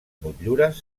motllures